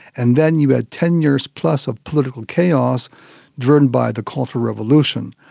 and then you had ten years plus of political chaos driven by the cultural revolution.